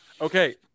okay